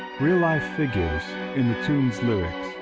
real life figures in the tune's lyrics,